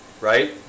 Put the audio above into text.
Right